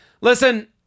listen